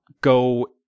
go